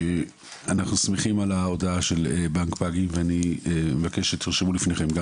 אנחנו שמחים על ההודעה של בנק פאגי ואני מבקש שתרשמו לפניכם גם